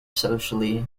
socially